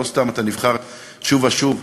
לא סתם אתה נבחר שוב ושוב,